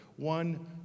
One